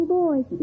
boys